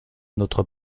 notre